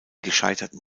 gescheiterten